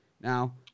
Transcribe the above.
now